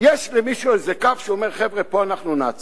יש למישהו איזה קו שאומר: חבר'ה, פה אנחנו נעצור?